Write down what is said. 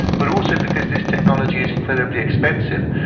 but also because this technology is incredibly expensive,